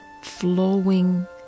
flowing